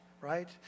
right